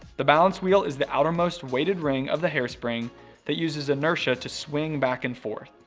the balance wheel is the outermost weighted ring of the hairspring that uses inertia to swing back and forth.